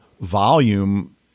volume